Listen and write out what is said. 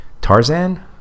Tarzan